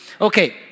Okay